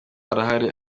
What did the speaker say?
arahari